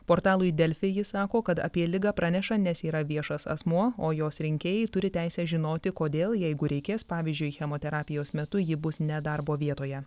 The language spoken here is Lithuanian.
portalui delfi ji sako kad apie ligą praneša nes yra viešas asmuo o jos rinkėjai turi teisę žinoti kodėl jeigu reikės pavyzdžiui chemoterapijos metu ji bus ne darbo vietoje